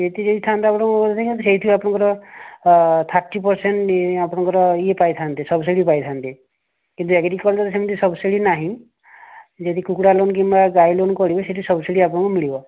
ସେଇଟା ଯଦି ଥାନ୍ତା ଆପଣଙ୍କର ସେଇଠୁ ଆପଣଙ୍କର ଥାର୍ଟି ପରସେଣ୍ଟ ଆପଣଙ୍କର ଇଏ ପାଇଥାନ୍ତେ ସବ୍ସିଡ଼ି ପାଇଥାନ୍ତେ କିନ୍ତୁ ଏଗ୍ରିକଲଚରର ସେମିତି ସବ୍ସିଡ଼ି ନାହିଁ ଯଦି କୁକୁଡ଼ା ଲୋନ କିମ୍ବା ଗାଈ ଲୋନ କରିବେ ସେଠି ସବ୍ସିଡି ଆପଣଙ୍କୁ ମିଳିବ